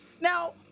Now